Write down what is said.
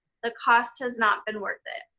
the cost has not been worth it.